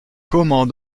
comment